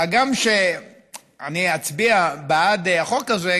הגם שאני אצביע בעד החוק הזה,